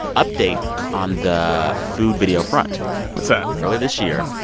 update on the food video front what's that? earlier this year,